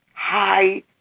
High